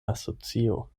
asocio